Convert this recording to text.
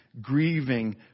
grieving